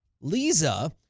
Lisa